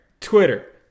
Twitter